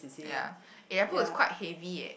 ya eh Apple is quite heavy eh